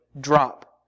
drop